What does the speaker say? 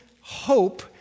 hope